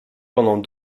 pendant